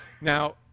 Now